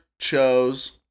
chose